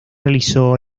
realizó